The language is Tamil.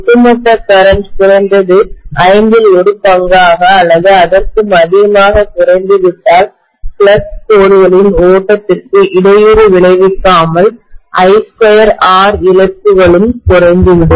ஒட்டுமொத்த கரண்ட்மின்னோட்டம் குறைந்தது ஐந்தில் ஒரு பங்காக அல்லது அதற்கும் அதிகமாக குறைந்துவிட்டால் ஃப்ளக்ஸ் கோடுகளின் ஓட்டத்திற்கு இடையூறு விளைவிக்காமல் I2R இழப்புகளும் குறைந்துவிடும்